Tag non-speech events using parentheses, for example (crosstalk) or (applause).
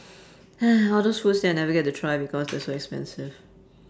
(noise) all those foods that I never get to try because they're so expensive